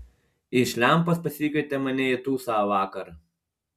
iš lempos pasikvietė mane į tūsą vakar